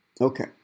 Okay